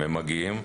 הם מגיעים,